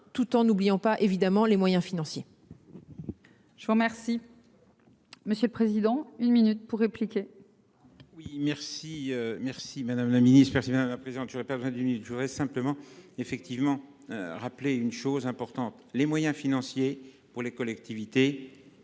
tout en n'oubliant pas évidemment les moyens financiers. Je vous remercie. Monsieur le Président une minute pour répliquer. Oui merci merci madame le Ministre persuadé la présidente, je n'aurais pas besoin d'une minute. Je voudrais simplement effectivement rappeler une chose importante, les moyens financiers pour les collectivités.